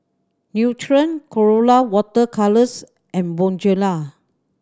Nutren Colora Water Colours and Bonjela